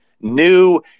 New